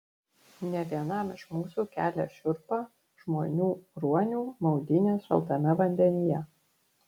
ne vienam iš mūsų kelia šiurpą žmonių ruonių maudynės šaltame vandenyje